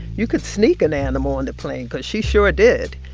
you could sneak an animal on the plane because she sure ah did.